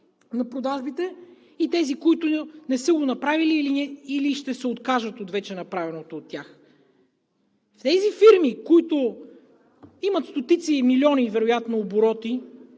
на продажбите, и тези, които не са го направили или ще се откажат от вече направеното от тях. Тези фирми, които имат стотици милиони вероятно обороти,